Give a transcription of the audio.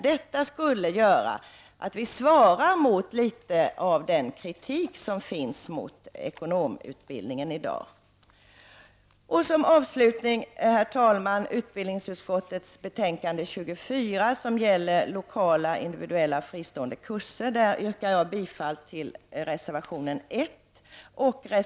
Då skulle vi svara litet mot den kritik som i dag finns mot ekonomutbildningen. Herr talman! Som avslutning vill jag kommentera utbildningsutskottets betänkande nr 24 som behandlar anslag till lokala och individuella linjer samt fristående kurser. Jag yrkar bifall till reservationerna nr 1 och 3.